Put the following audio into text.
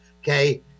okay